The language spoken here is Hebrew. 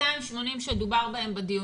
ה-280 מיליון שקלים עליהם דובר בדיונים